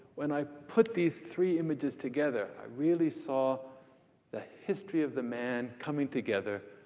when i put these three images together, i really saw the history of the man coming together